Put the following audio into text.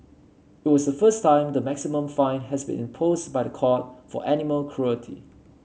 it was a first time the maximum fine has been imposed by the court for animal cruelty